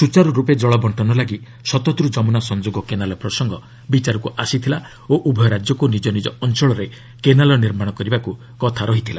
ସ୍ୱଚାର୍ତ୍ରପେ ଜଳ ବକ୍ଷନ ଲାଗି ଶତଦ୍ର ଯମୁନା ସଂଯୋଗ କେନାଲ୍ ପ୍ରସଙ୍ଗ ବିଚାରକୁ ଆସିଥିଲା ଓ ଉଭୟ ରାଜ୍ୟକୁ ନିଜ ନିଜ ଅଞ୍ଚଳରେ କେନାଲ୍ ନିର୍ମାଣ କରିବାକୁ କଥା ଥିଲା